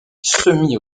semi